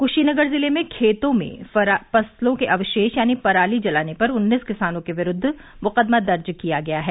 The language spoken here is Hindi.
क्शीनगर जिले में खेतों में फसलों के अवशेष यानी पराली जलाने पर उन्नीस किसानों के विरूद्व मुकदमा दर्ज किया गया है